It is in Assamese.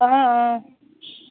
অঁ অঁ